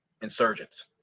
insurgents